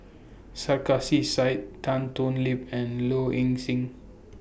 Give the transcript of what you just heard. Sarkasi Said Tan Thoon Lip and Low Ing Sing